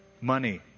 money